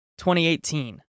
2018